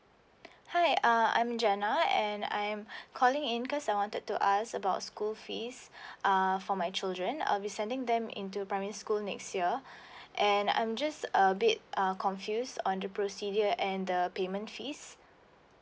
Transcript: hi uh I'm jenna and I'm calling in cause I wanted to ask about school fees uh for my children I'll be sending them into primary school next year and I'm just a bit err confused on the procedure and the payment fees